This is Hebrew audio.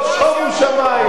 שומו שמים.